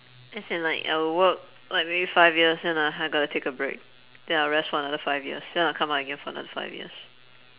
as in like I will work like maybe five years and ah I gotta take a break then I'll rest for another five years then I'll come again for another five years